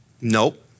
Nope